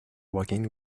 working